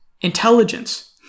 intelligence